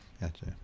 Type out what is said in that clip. Gotcha